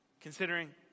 Considering